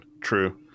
True